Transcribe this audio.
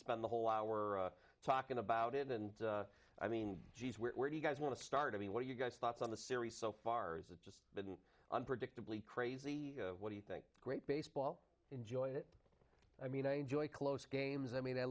spend the whole hour talking about it and i mean jeez where do you guys want to start i mean what are you guys thoughts on the series so far is it just the unpredictably crazy what do you think great baseball enjoy it i mean i enjoy close games i mean i